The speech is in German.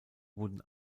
wurden